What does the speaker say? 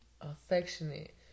affectionate